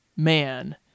man